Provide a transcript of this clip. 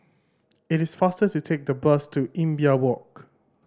it is faster to take the bus to Imbiah Walk